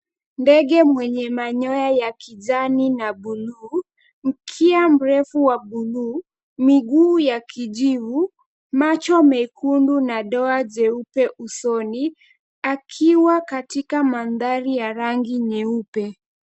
Ndege mwenye manyoya ya kijani na buluu, mkia mfefu wa buluu, miguu ya kijivu, macho mekundu na doa jeupe usoni akiwa katika mandhari ya rangi nyeupe.